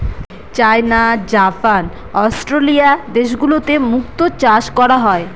চাইনা, Japan, Australia দেশগুলোতে মুক্তো চাষ করা হয়